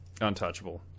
untouchable